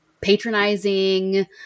patronizing